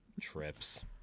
Trips